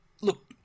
look